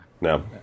No